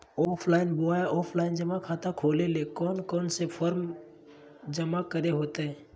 Online बोया offline जमा खाता खोले ले कोन कोन फॉर्म जमा करे होते?